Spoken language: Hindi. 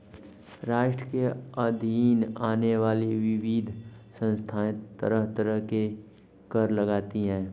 राष्ट्र के अधीन आने वाली विविध संस्थाएँ तरह तरह के कर लगातीं हैं